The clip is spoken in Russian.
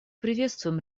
приветствуем